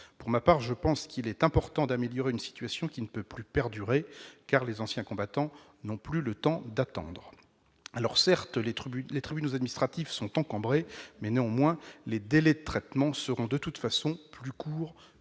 Pour ma part, je pense qu'il est important d'améliorer une situation qui ne peut plus perdurer : les anciens combattants n'ont plus le temps d'attendre. Certes, les tribunaux administratifs sont encombrés, mais les délais de traitement seront quoi qu'il en soit plus courts